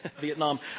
Vietnam